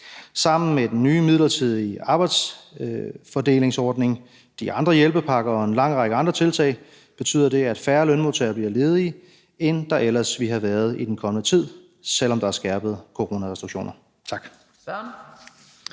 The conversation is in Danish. Sammen med den nye midlertidige arbejdsfordelingsordning, de andre hjælpepakker og en lang række andre tiltag betyder det, at færre lønmodtagere bliver ledige, end der ellers ville være blevet i den kommende tid, selv om der er skærpede coronarestriktioner. Tak.